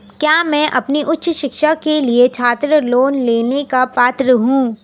क्या मैं अपनी उच्च शिक्षा के लिए छात्र लोन लेने का पात्र हूँ?